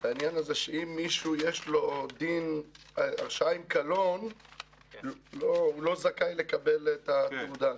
שאם יש למישהו הרשעה עם קלון הוא לא זכאי לקבל את התעודה,